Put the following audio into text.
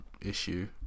issue